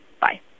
Bye